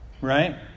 right